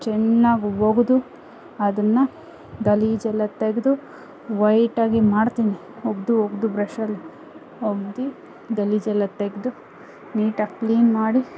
ಚೆನ್ನಾಗಿ ಒಗೆದು ಅದನ್ನು ಗಲೀಜೆಲ್ಲ ತೆಗೆದು ವಯ್ಟ್ ಆಗಿ ಮಾಡ್ತೀನಿ ಒಗೆದು ಒಗೆದು ಬ್ರಷಲ್ಲಿ ಒಗ್ದು ಗಲೀಜೆಲ್ಲ ತೆಗೆದು ನೀಟಾಗಿ ಕ್ಲೀನ್ ಮಾಡಿ